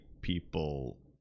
people